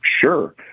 sure